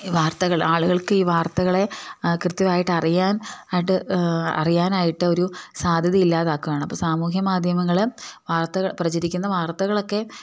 വാർത്തകൾ ആളുകൾക്ക് ഈ വാർത്തകളെ കൃത്യമായിട്ട് അറിയാൻ ആയിട്ട് അറിയാനായിട്ട് ഒരു സാധ്യത ഇല്ലാതാക്കുവാണ് അപ്പം സാമൂഹ്യ മാധ്യമങ്ങൾ വാർത്തകൾ പ്രചരിക്കുന്ന വാർത്തകളൊക്കെ